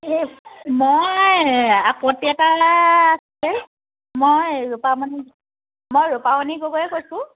এই মই আপত্তি এটা আছে মই ৰূপামণি মই ৰূপামণি গগৈয়ে কৈছোঁ